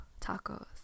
tacos